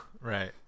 Right